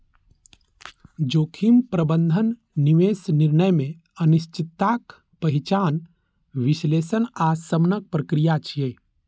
जोखिम प्रबंधन निवेश निर्णय मे अनिश्चितताक पहिचान, विश्लेषण आ शमनक प्रक्रिया छियै